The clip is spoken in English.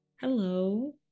Hello